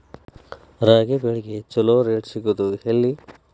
ರಾಗಿ ಬೆಳೆಗೆ ಛಲೋ ರೇಟ್ ಸಿಗುದ ಎಲ್ಲಿ?